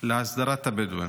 להסדרת הבדואים.